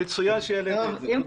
מצוין שהעלית את זה.